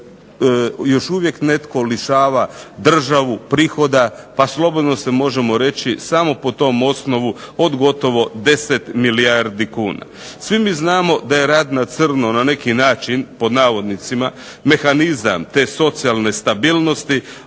još uvijek netko lišava državu prihoda, pa slobodno se možemo reći samo po tom osnovu od gotovo 10 milijardi kuna. Svi mi znamo da je rad na crno na neki način "mehanizam te socijalne stabilnosti",